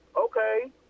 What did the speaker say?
Okay